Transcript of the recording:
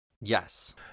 Yes